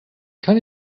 kann